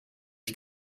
ich